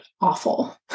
awful